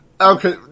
Okay